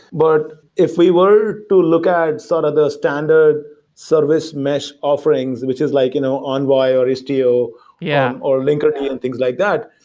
but if we were to look at sort of the standard service mesh offerings, which is like you know envoy or istio yeah or linkerd and things like that,